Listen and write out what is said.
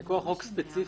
הוא מכוח חוק ספציפי